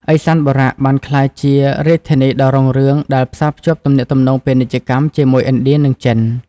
ឦសានបុរៈបានក្លាយជារាជធានីដ៏រុងរឿងដែលផ្សារភ្ជាប់ទំនាក់ទំនងពាណិជ្ជកម្មជាមួយឥណ្ឌា និងចិន។